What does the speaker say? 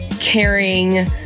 caring